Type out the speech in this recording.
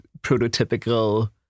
prototypical